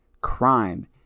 crime